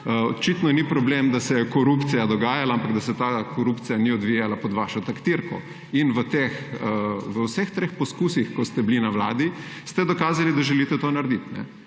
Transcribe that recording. Očitno ni problem, da se korupcija dogajala, ampak da se ta korupcija ni odvijala pod vašo taktirko. V vseh treh poskusih, ko ste bili na vladi, ste dokazali, da želite to narediti.